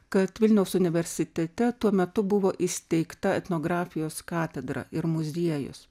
kad vilniaus universitete tuo metu buvo įsteigta etnografijos katedra ir muziejus